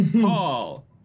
Paul